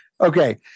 Okay